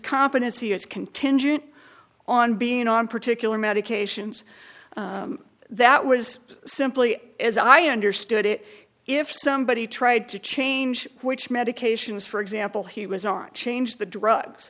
competency is contingent on being on particular medications that was simply as i understood it if somebody tried to change which medications for example he was on changed the